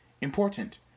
important